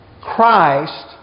Christ